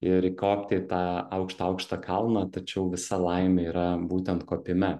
ir įkopti į tą aukštą aukštą kalną tačiau visa laimė yra būtent kopime